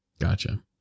Gotcha